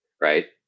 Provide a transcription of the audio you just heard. right